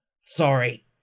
Sorry